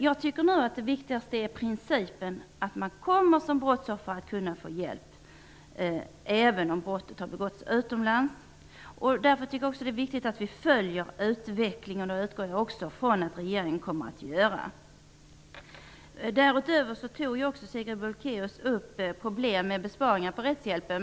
Jag tycker att det viktigaste är principen att man som brottsoffer kommer att kunna få hjälp, även om brottet har begåtts utomlands. Därför tycker jag också att det är viktigt att vi följer utvecklingen. Jag utgår ifrån att också regeringen kommer att göra det. Sigrid Bolkéus tog också upp problemet med besparingar på rättshjälpen.